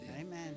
Amen